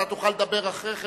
אתה תוכל לדבר אחרי כן,